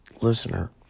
listener